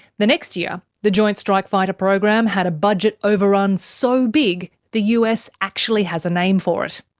the next year the joint strike fighter program had a budget over-run so big the us actually has a name for it.